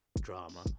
drama